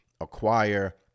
Acquire